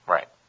Right